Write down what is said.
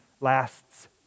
lasts